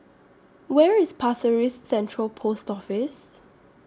Where IS Pasir Ris Central Post Office